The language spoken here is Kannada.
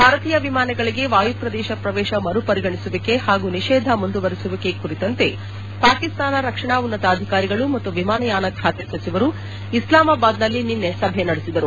ಭಾರತೀಯ ವಿಮಾನಗಳಿಗೆ ವಾಯುಪ್ರದೇಶ ಪ್ರವೇಶ ಮರುಪರಿಗಣಿಸುವಿಕೆ ಹಾಗೂ ನಿಷೇಧ ಮುಂದುವರೆಸುವಿಕೆ ಕುರಿತಂತೆ ಪಾಕಿಸ್ತಾನ ರಕ್ಷಣಾ ಉನ್ನತಾಧಿಕಾರಿಗಳು ಮತ್ತು ವಿಮಾನಯಾನ ಖಾತೆ ಸಚಿವರು ಇಸ್ಲಾಮಾಬಾದ್ನಲ್ಲಿ ನಿನ್ನೆ ಸಭೆ ನಡೆಸಿದರು